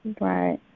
Right